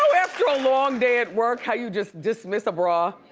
um after a long day at work, how you just dismiss a bra?